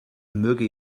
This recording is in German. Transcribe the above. möge